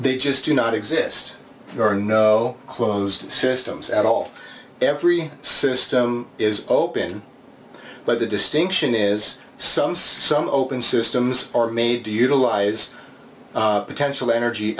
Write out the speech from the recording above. they just do not exist there are no closed systems at all every system is open but the distinction is some some open systems are made to utilize potential energy